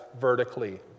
vertically